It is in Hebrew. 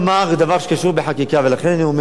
כשמדברים על אופציה שתמיד,